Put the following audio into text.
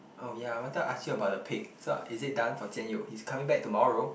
oh ya I wanted to ask you about the pig so is it done for Jian-Yong he's coming back tomorrow